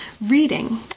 reading